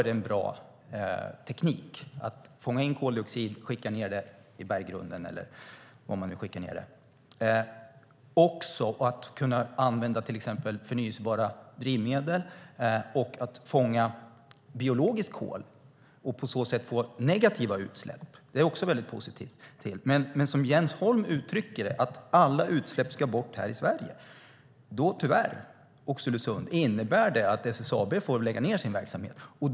Det handlar om att fånga in koldioxid och skicka ned den i berggrunden. Det handlar också om att kunna använda förnybara drivmedel och att fånga biologiskt kol och på så sätt få negativa utsläpp. Det är jag också mycket positiv till. Men Jens Holm uttrycker det så att alla utsläpp ska bort här i Sverige. Det innebär tyvärr att SSAB får lägga ned sin verksamhet i Oxelösund.